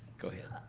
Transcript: go ahead.